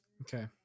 okay